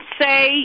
say